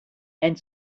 and